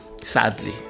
sadly